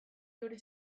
geure